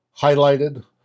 highlighted